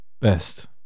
Best